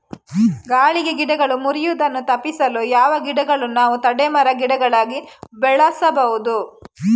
ಗಾಳಿಗೆ ಗಿಡಗಳು ಮುರಿಯುದನ್ನು ತಪಿಸಲು ಯಾವ ಗಿಡಗಳನ್ನು ನಾವು ತಡೆ ಮರ, ಗಿಡಗಳಾಗಿ ಬೆಳಸಬಹುದು?